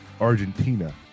Argentina